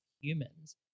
humans